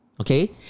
Okay